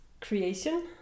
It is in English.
creation